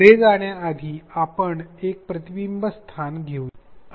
पुढे जाण्यापूर्वी आपण एक प्रतिबिंबीत स्थान घेऊया